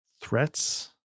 threats